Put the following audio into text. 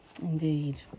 Indeed